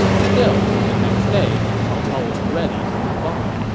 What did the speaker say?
still, the next day, cao cao was ready to move on.